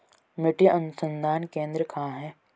मिट्टी अनुसंधान केंद्र कहाँ है?